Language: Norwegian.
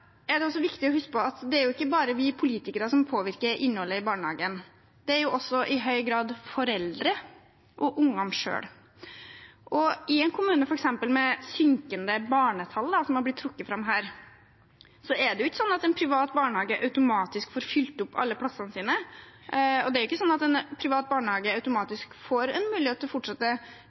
Det er også viktig å huske på at det ikke bare er vi politikere som påvirker innholdet i barnehagen. Det er også i høy grad foreldrene og ungene selv. I en kommune med synkende barnetall, f.eks., noe som er blitt trukket fram her, er det ikke sånn at en privat barnehage automatisk får fylt opp alle plassene sine, og det er ikke sånn at en privat barnehage automatisk får mulighet til å fortsette.